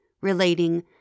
relating